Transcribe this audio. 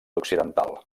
occidental